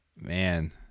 Man